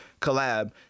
collab